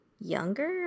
younger